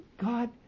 God